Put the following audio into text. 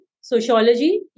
sociology